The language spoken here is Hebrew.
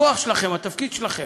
הכוח שלכם, התפקיד שלכם,